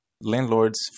Landlords